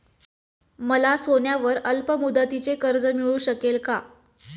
मला सोन्यावर अल्पमुदतीचे कर्ज मिळू शकेल का?